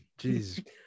Jeez